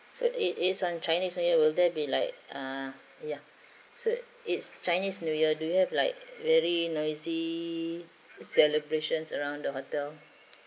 so it it is on chinese new year will there be like uh yeah so it's chinese new year do you have like very noisy celebrations around the hotel